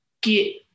get